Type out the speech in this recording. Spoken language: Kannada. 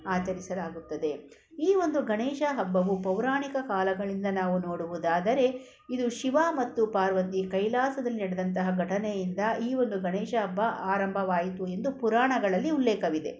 ಆಚರಿಸಲಾಗುತ್ತದೆ ಈ ಒಂದು ಗಣೇಶ ಹಬ್ಬವು ಪೌರಾಣಿಕ ಕಾಲಗಳಿಂದ ನಾವು ನೋಡುವುದಾದರೆ ಇದು ಶಿವ ಮತ್ತು ಪಾರ್ವತಿ ಕೈಲಾಸದಲ್ಲಿ ನಡೆದಂತಹ ಘಟನೆಯಿಂದ ಈ ಒಂದು ಗಣೇಶ ಹಬ್ಬ ಆರಂಭವಾಯಿತು ಎಂದು ಪುರಾಣಗಳಲ್ಲಿ ಉಲ್ಲೇಖವಿದೆ